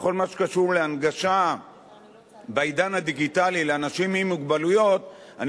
בכל מה שקשור להנגשה לאנשים עם מוגבלויות בעידן הדיגיטלי,